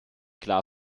klar